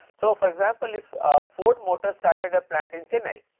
so, for example, if um ford motor started a plant in chennai.